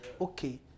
Okay